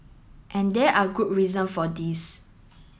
and there are good reason for this